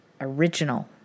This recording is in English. original